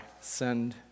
send